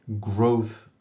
growth